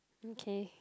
okay